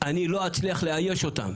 אני לא אצליח לאייש אותם,